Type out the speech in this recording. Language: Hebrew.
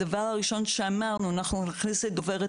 הדבר הראשון שאמרנו הוא שנכניס דוברת